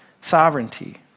sovereignty